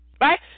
right